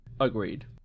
Agreed